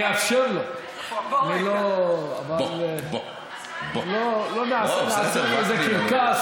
אני אאפשר לו אבל לא נעשה מזה קרקס,